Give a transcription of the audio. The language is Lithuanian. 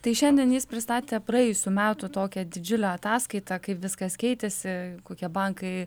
tai šiandien jis pristatė praėjusių metų tokią didžiulę ataskaitą kaip viskas keitėsi kokie bankai